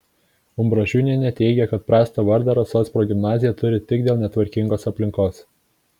umbražūnienė teigė kad prastą vardą rasos progimnazija turi tik dėl netvarkingos aplinkos